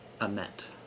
ament